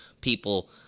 people